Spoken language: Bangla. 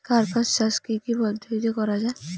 কার্পাস চাষ কী কী পদ্ধতিতে করা য়ায়?